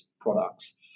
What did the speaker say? products